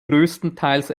größtenteils